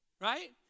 right